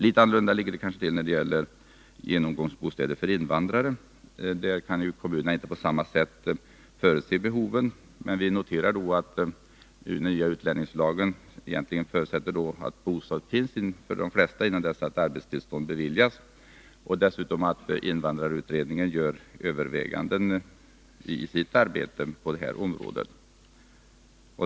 Litet annorlunda ligger det kanske till när det gäller genomgångsbostäder för invandrare. Där kan kommunerna inte på samma sätt förutse behoven. Men vi noterar att den nya utlänningslagen förutsätter att de flesta har bostad innan arbetstillstånd beviljas. Dessutom gör invandrarutredningen i sitt arbete överväganden på det här området.